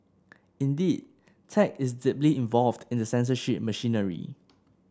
indeed tech is deeply involved in the censorship machinery